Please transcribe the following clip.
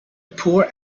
poor